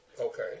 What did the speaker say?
Okay